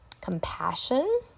Compassion